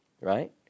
right